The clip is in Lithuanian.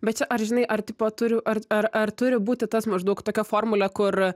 bet čia ar žinai ar tipo turiu ar ar ar turi būti tas maždaug tokia formulė kur